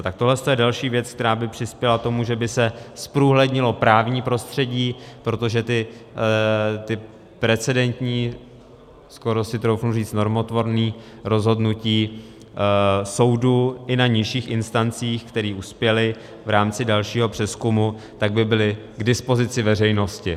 Tak tohle je další věc, která by přispěla k tomu, že by se zprůhlednilo právní prostředí, protože by ta precedentní, skoro si troufnu říct normotvorná rozhodnutí soudů i na nižších instancích, která uspěla v rámci dalšího přezkumu, byla k dispozici veřejnosti.